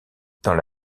dans